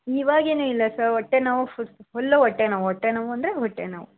ಇವಾಗೇನು ಇಲ್ಲ ಸರ್ ಹೊಟ್ಟೆ ನೋವು ಫುಲ್ ಫುಲ್ಲು ಹೊಟ್ಟೆ ನೋವು ಹೊಟ್ಟೆ ನೋವು ಅಂದರೆ ಹೊಟ್ಟೆ ನೋವು